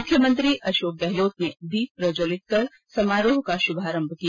मुख्यमंत्री अशोक गहलोत ने द्वीप प्रज्वलित कर समारोह का शुभारंभ किया